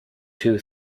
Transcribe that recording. two